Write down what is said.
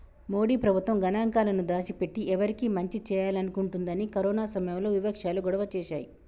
మోడీ ప్రభుత్వం గణాంకాలను దాచి పెట్టి ఎవరికి మంచి చేయాలనుకుంటుందని కరోనా సమయంలో వివక్షాలు గొడవ చేశాయి